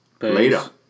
Later